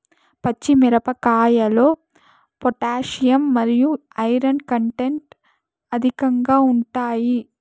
పచ్చి మిరపకాయల్లో పొటాషియం మరియు ఐరన్ కంటెంట్ అధికంగా ఉంటాయి